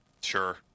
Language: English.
sure